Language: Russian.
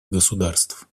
государств